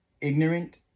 ignorant